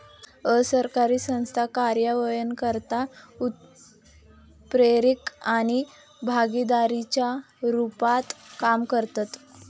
असरकारी संस्था कार्यान्वयनकर्ता, उत्प्रेरक आणि भागीदाराच्या रुपात काम करतत